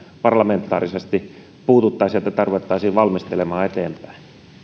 parlamentaarisesti puututtaisiin ja tätä ruvettaisiin valmistelemaan eteenpäin